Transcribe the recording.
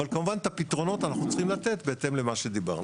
אבל כמובן את הפתרונות אנחנו צריכים לתת בהתאם למה שדיברנו.